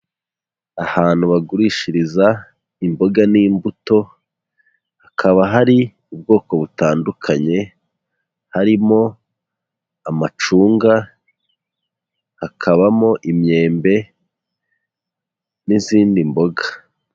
Ahantu bagurishiriza imboga n'imbuto, hakaba hari ubwoko butandukanye, harimo amacunga, hakabamo imyembe n'izindi mboga.